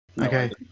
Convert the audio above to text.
Okay